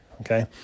okay